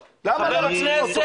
למה אתם לא עוצרים אותו?